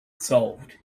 solved